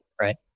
right